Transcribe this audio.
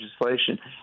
legislation